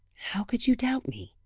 how could you doubt me?